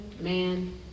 man